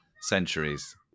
centuries